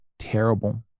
Terrible